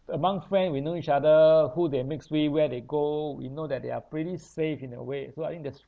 among friend we know each other who they mix with where they go we know that they are pretty safe in a way so I think that's